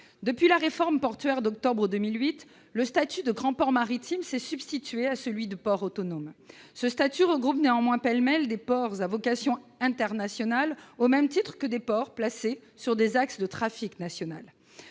Depuis la réforme portuaire d'octobre 2008, le statut de grand port maritime s'est substitué à celui de port autonome. Ce statut regroupe néanmoins pêle-mêle des ports à vocation internationale au même titre que des ports placés sur des axes de trafic national.